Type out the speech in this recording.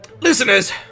Listeners